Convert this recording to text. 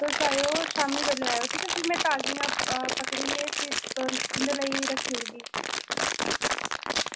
ते तुस आएओ शामीं बेल्लै फिर में ताजियां पकड़ियै भी तुं'दे लेई रक्खी ओड़गी